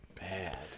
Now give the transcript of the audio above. bad